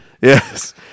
Yes